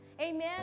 Amen